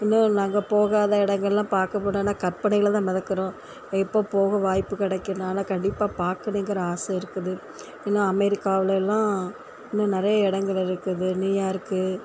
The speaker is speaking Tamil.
இன்னும் நாங்கள் போகாத இடங்கள்லாம் பார்க்கப்போனா கற்பனையில் தான் மிதக்குறோம் எப்போது போக வாய்ப்பு கிடைக்கும் நான்லாம் கண்டிப்பாக பார்க்கணுங்கிற ஆசை இருக்குது இன்னும் அமெரிக்காவில் எல்லாம் இன்னும் நெறைய இடங்கள் இருக்குது நியூயார்க்கு